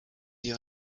dio